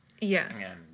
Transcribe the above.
Yes